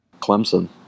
Clemson